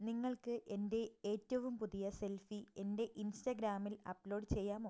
നിങ്ങൾക്ക് എൻ്റെ ഏറ്റവും പുതിയ സെൽഫി എൻ്റെ ഇൻസ്റ്റഗ്രാമിൽ അപ്ലോഡ് ചെയ്യാമോ